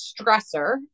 stressor